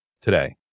today